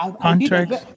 Contracts